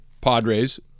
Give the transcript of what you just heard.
Padres